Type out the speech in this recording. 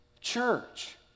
church